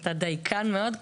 אתה דייקן מאוד.